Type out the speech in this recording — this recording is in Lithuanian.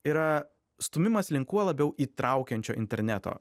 yra stūmimas link kuo labiau įtraukiančio interneto